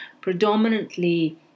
predominantly